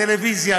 טלוויזיה,